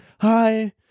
hi